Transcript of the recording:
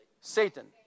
Satan